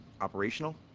operational